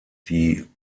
die